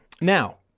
Now